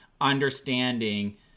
understanding